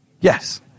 Yes